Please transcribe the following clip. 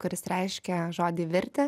kuris reiškia žodį virti